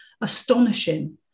astonishing